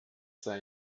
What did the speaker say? sei